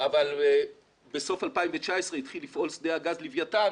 אבל בסוף 2019 התחיל לפעול שדה הגז לוויתן